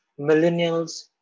millennials